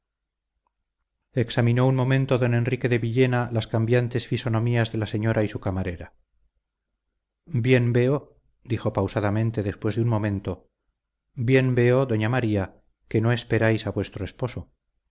examinó un momento don enrique de villena las cambiantes fisonomías de la señora y su camarera bien veo dijo pausadamente después de un momento bien veo doña maría que no esperáis a vuestro esposo